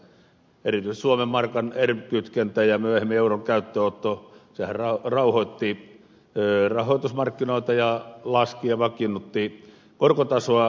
erityisesti suomen markan erm kytkentä ja myöhemmin euron käyttöönotto rauhoittivat rahoitusmarkkinoita ja laskivat ja vakiinnuttivat korkotasoa